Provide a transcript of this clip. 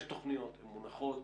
יש תוכניות, הן מונחות.